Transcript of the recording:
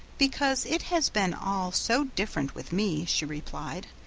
because it has been all so different with me, she replied.